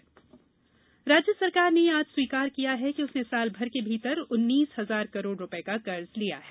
विस ऋण राज्य सरकार ने आज स्वीकार किया कि उसने साल भर के भीतर उन्नीस हजार करोड़ रुपये का कर्ज लिया है